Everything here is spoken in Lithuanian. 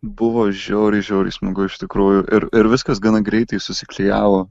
buvo žiauriai žiauriai smagu iš tikrųjų ir ir viskas gana greitai susiklijavo